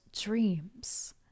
dreams